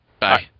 bye